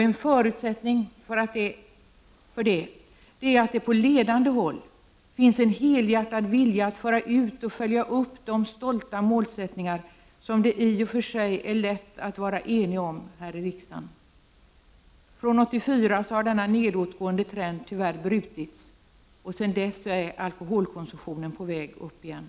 En förutsättning för det är att det på ledande håll finns en helhjärtad vilja att föra ut och följa upp stolta målsättningar, som det i och för sig är lätt för oss i riksdagen att vara eniga om. Från 1984 har denna nedåtgående trend tyvärr brutits. Sedan dess är alko = Prot. 1989/90:26 holkonsumtionen på väg uppåt igen.